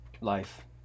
life